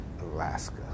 Alaska